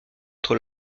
être